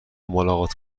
ملاقات